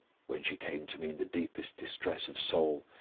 when she came to me in the deepest distress of soul,